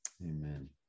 Amen